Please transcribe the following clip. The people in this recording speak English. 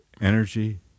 energy